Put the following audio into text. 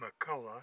McCullough